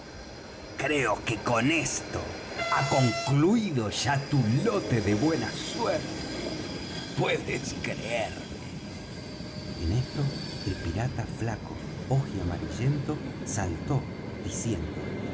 creo que con esto ha concluído ya tu lote de buena suerte puedes creérmelo en esto el pirata flaco oji amarillento saltó diciendo